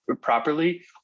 properly